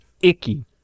icky